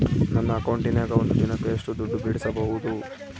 ನನ್ನ ಅಕೌಂಟಿನ್ಯಾಗ ಒಂದು ದಿನಕ್ಕ ಎಷ್ಟು ದುಡ್ಡು ಬಿಡಿಸಬಹುದು?